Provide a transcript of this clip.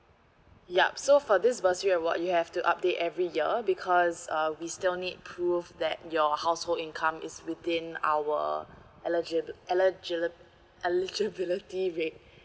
yup so for this bursary award you have to update every year because uh we still need prove that your household income is within our eligi~ eligibility rate